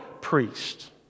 priest